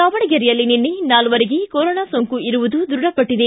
ದಾವಣಗೆರೆಯಲ್ಲಿ ನಿನ್ನೆ ನಾಲ್ವರಿಗೆ ಕೊರೊನಾ ಸೋಂಕು ಇರುವುದು ದೃಢಪಟ್ಟದೆ